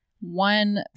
One